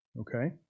okay